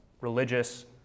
religious